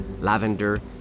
lavender